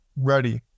ready